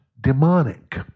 demonic